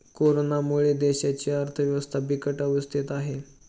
कोरोनामुळे देशाची अर्थव्यवस्था बिकट अवस्थेत आहे